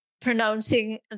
pronouncing